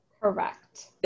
Correct